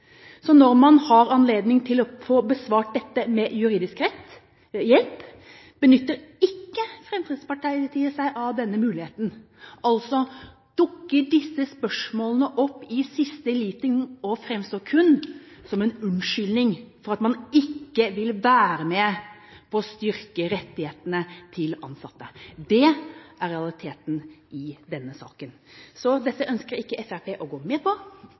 Når man har anledning til å få besvart dette med juridisk hjelp, benytter ikke Fremskrittspartiet seg av denne muligheten. Altså dukker disse spørsmålene opp i siste liten og framstår kun som en unnskyldning for at man ikke vil være med på å styrke rettighetene til ansatte. Det er realiteten i denne saken. Dette ønsker ikke Fremskrittspartiet å gå med på.